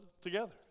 together